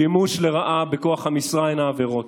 שימוש לרעה בכוח המשרה הם העבירות.